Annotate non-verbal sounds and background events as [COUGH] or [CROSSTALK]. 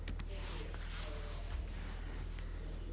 [BREATH]